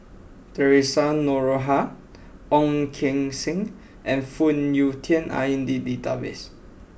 Theresa Noronha Ong Keng Sen and Phoon Yew Tien are in the database